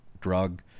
drug